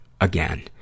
again